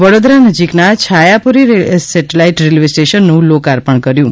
વડોદરા નજીકના Chhayapuri satellite railway સ્ટેશનનું લોકાર્પણ કર્યું છે